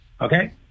Okay